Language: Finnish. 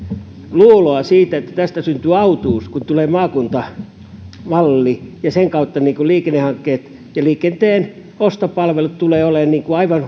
luuloa siitä että tästä syntyy autuus kun tulee maakuntamalli ja sen kautta liikennehankkeita ja liikenteen ostopalveluita tulee olemaan aivan